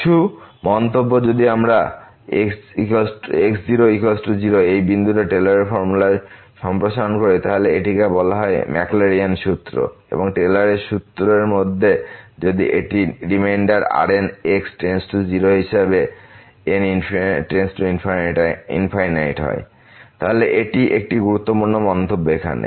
কিছু মন্তব্য তাই যদি আমরা x0 0 এই বিন্দু টেইলরের ফর্মুলায় সম্প্রসারণ করি তাহলে এটিকে বলা হয় ম্যাকলোরিনের সূত্র Maclaurin's formula এবং টেইলারের সূত্রের Taylor's formula মধ্যে যদি এটি রিমাইন্ডার Rn → 0 হিসাবে n →∞ হয় তাহলে এটি একটি গুরুত্বপূর্ণ মন্তব্য এখানে